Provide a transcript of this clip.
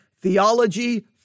theology